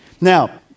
Now